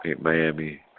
Miami